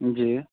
जी